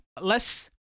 less